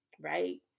right